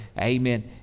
Amen